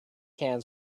hands